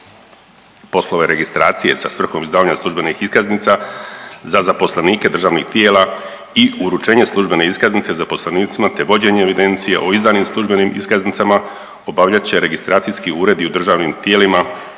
Poslove registracije sa svrhom izdavanja službenih iskaznica za zaposlenike državnih tijela i uručenje službene iskaznice zaposlenicima, te vođenje evidencije o izdanim službenim iskaznicama obavljat će registracijski uredi u državnim tijelima